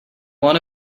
want